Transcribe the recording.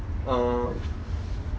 uh